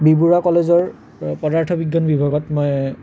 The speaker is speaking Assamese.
বি বৰুৱা কলেজৰ পদাৰ্থ বিজ্ঞান বিভাগত মই